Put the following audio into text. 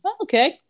Okay